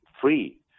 free